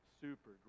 super